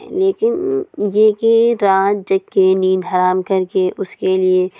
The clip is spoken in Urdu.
لیکن یہ کہ رات جاگ کے نیند حرام کر کے اس کے لیے